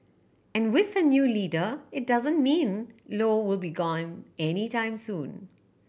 and with a new leader it doesn't mean Low will be gone anytime soon